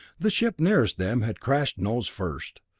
the ship nearest them had crashed nose first,